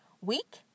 week